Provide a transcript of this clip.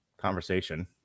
conversation